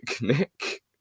Nick